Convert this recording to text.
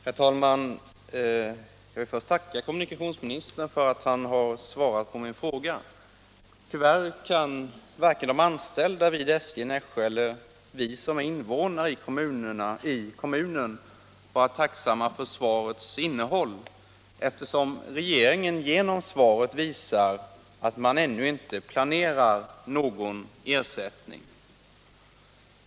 Herr talman! Jag vill först tacka kommunikationsministern för att han har svarat på min fråga. Tyvärr kan varken de anställda vid SJ i Nässjö eller vi andra som är invånare i kommunen vara tacksamma för svarets innehåll, eftersom regeringen genom svaret visar att man ännu inte planerar någon ersättning.